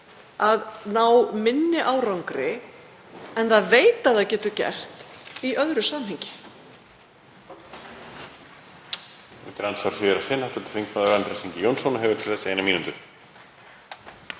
að ná minni árangri en það veit að það getur gert í öðru samhengi.